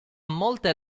molte